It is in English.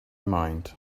mind